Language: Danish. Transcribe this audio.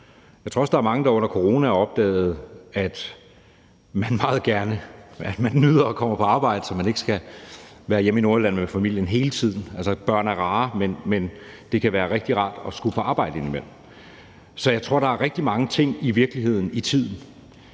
Jeg tror også, der er mange, der under corona opdagede, at man nyder at komme på arbejde, så man ikke skal være hjemme i Nordjylland med familien hele tiden. Altså, børn er rare, men det kan være rigtig rart at skulle på arbejde indimellem. Så jeg tror i virkeligheden, at der